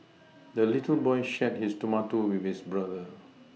the little boy shared his tomato with his brother